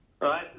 Right